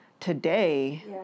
Today